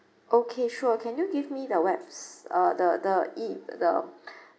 okay sure can you give me the webs~ uh the the e~ the